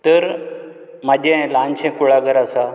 तर म्हाजें ल्हानशें कुळागर आसा